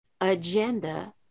agenda